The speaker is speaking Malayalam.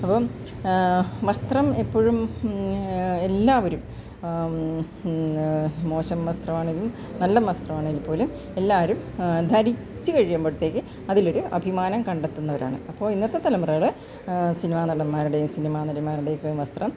അപ്പം വസ്ത്രം എപ്പോഴും എല്ലാവരും മോശം വസ്ത്രവാണേലും നല്ല വസ്ത്രവാണേൽപ്പോലും എല്ലാവരും ധരിച്ച് കഴിയുമ്പഴത്തേക്ക് അതിലൊരു അഭിമാനം കണ്ടെത്തുന്നവരാണ് അപ്പോൾ ഇന്നത്തെ തലമുറകൾ സിനിമാ നടന്മാരുടെയും സിനിമാനടിമാരുടെയും ഒക്കെ വസ്ത്രം